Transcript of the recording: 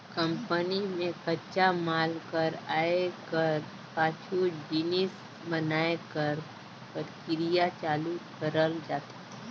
company में कच्चा माल कर आए कर पाछू जिनिस बनाए कर परकिरिया चालू करल जाथे